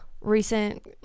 recent